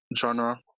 genre